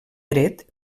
dret